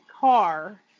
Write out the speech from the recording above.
car